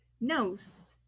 nose